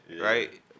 right